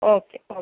okay okay